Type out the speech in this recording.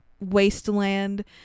wasteland